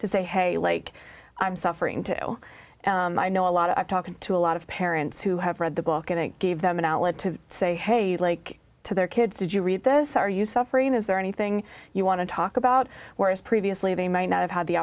to say hey like i'm suffering too i know a lot of i've talked to a lot of parents who have read the book and it gave them an outlet to say hey like to their kids did you read this are you suffering is there anything you want to talk about whereas previously they might not have had the